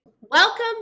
Welcome